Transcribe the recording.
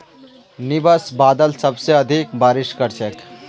nimbus बादल सबसे अधिक बारिश कर छेक